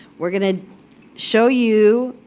we're going to show you